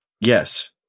yes